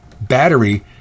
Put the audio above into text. battery